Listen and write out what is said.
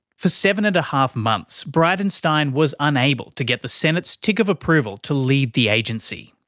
for seven-and-a-half months, bridenstine was unable to get the senate's tick of approval to lead the agency.